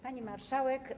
Pani Marszałek!